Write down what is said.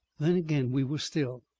then again we were still.